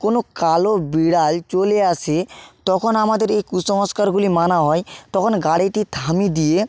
কোনো কালো বিড়াল চলে আসে তখন আমাদের এ কুসংস্কারগুলি মানা হয় তখন গাড়িটি থামিয়ে দিয়ে